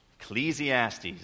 Ecclesiastes